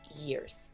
years